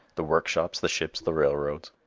the workshops, the ships, the railroads.